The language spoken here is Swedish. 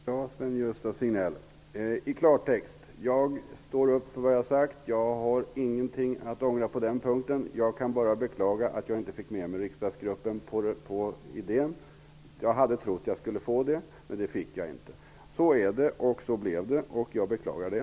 Herr talman! I klartext, Sven-Gösta Signell, gäller följande. Jag står för vad jag har sagt. Jag har ingenting att ångra på den punkten. Jag kan bara beklaga att jag inte fick med mig riksdagsgruppen på idén. Jag hade trott att jag skulle lyckas med det, men det gjorde jag inte. Så är det, och så blev det. Jag beklagar det.